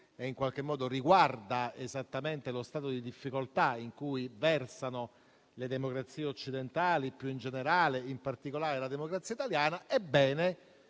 e in qualche modo riguarda lo stato di difficoltà in cui versano le democrazie occidentali più in generale e, in particolare, la democrazia italiana. Dinanzi